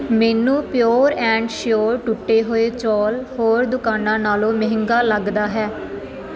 ਮੈਨੂੰ pure and sure ਟੁੱਟੇ ਹੋਏ ਚੌਲ ਹੋਰ ਦੁਕਾਨਾਂ ਨਾਲੋਂ ਮਹਿੰਗਾ ਲੱਗਦਾ ਹੈ